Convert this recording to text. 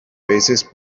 veces